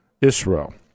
Israel